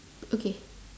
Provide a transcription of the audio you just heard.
okay